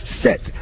set